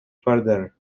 further